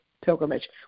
pilgrimage